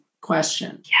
question